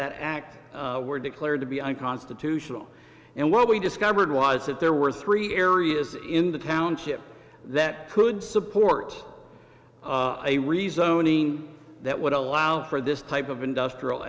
that act were declared to be unconstitutional and what we discovered was that there were three areas in the township that could support a reasoning that would allow for this type of industrial